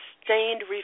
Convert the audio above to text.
sustained